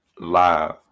live